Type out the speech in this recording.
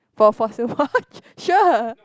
for for silver watch sure